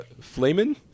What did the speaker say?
flamen